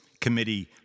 committee